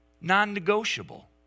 non-negotiable